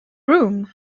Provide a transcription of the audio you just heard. room